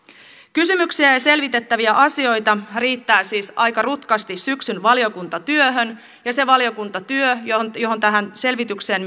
kysymyksiä ja selvitettäviä asioita riittää siis aika rutkasti syksyn valiokuntatyöhön ja se valiokuntatyö jossa myös tähän selvitykseen